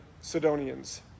Sidonians